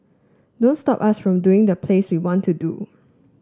don't stop us from doing the plays we want to do